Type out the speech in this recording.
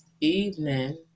evening